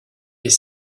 est